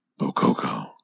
Bococo